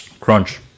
Crunch